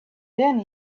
then